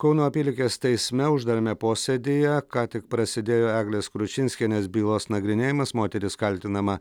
kauno apylikės teisme uždarame posėdyje ką tik prasidėjo eglės kručinskienės bylos nagrinėjimas moteris kaltinama